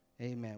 amen